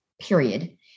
period